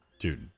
Dude